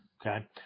okay